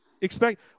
expect